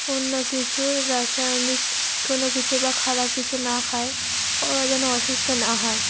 অন্য কিছু রাসায়নিক কোনো কিছু বা খারাপ কিছু না খায় ওরা যেন অসুস্থ না হয়